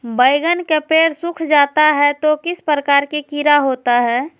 बैगन के पेड़ सूख जाता है तो किस प्रकार के कीड़ा होता है?